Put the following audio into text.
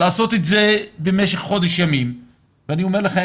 לעשות את זה במשך חודש ימים ואני אומר לך,